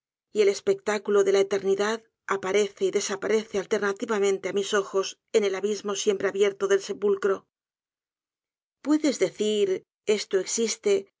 y el espectáculo de la eternidad aparece y desaparece alternativamente á mis ojos en el abismo siempre abierto del sepulcro puedes decir esto existe